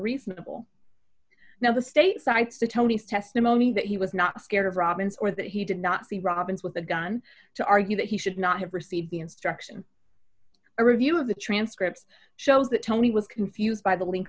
reasonable now the state cites to tony's testimony that he was not scared of robins or that he did not see robins with a gun to argue that he should not have received the instruction a review of the transcripts shows that tony was confused by the link